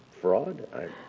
fraud